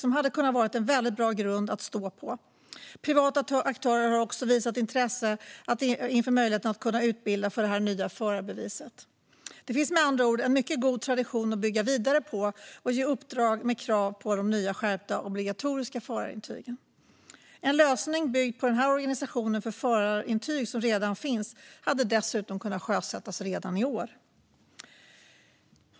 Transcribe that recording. Det hade kunnat vara en väldigt bra grund att stå på. Privata aktörer har också visat intresse inför möjligheten att kunna utbilda för det nya förarbeviset. Det finns med andra ord en mycket god tradition att bygga vidare på och ge uppdrag med krav på de nya skärpta obligatoriska förarintygen. En lösning byggd på den organisation för förarintyg som redan finns hade dessutom kunnat sjösättas redan i år.